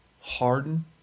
harden